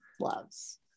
loves